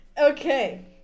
Okay